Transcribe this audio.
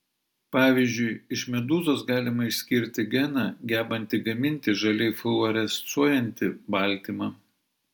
pavyzdžiui iš medūzos galima išskirti geną gebantį gaminti žaliai fluorescuojantį baltymą